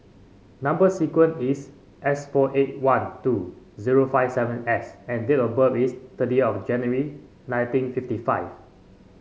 number sequence is S four eight one two zero five seven S and date of birth is thirty of January nineteen fifty five